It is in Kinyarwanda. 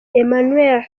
emmanuel